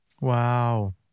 Wow